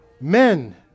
Men